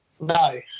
No